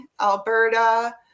Alberta